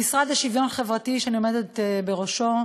המשרד לשוויון חברתי, שאני עומדת בראשו,